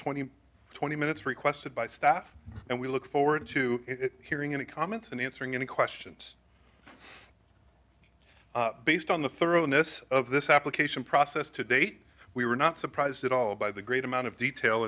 twenty twenty minutes requested by staff and we look forward to hearing any comments and answering any questions based on the thoroughness of this application process to date we were not surprised at all by the great amount of detail